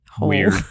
weird